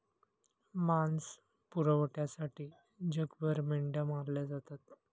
मांस पुरवठ्यासाठी जगभर मेंढ्या मारल्या जातात